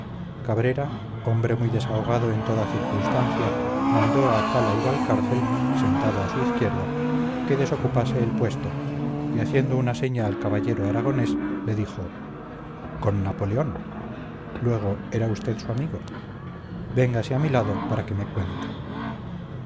cabrera hombre muy desahogado en toda circunstancia mandó a cala y valcárcel sentado a su izquierda que desocupase el puesto y haciendo una seña al caballero aragonés le dijo con napoleón luego era usted su amigo véngase a mi lado para que me cuente